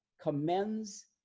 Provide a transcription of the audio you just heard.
commends